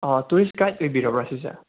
tourist guide ꯑꯣꯏꯕꯤꯔꯕ꯭ꯔꯥ ꯁꯤꯁꯦ